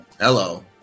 Hello